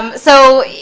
um so,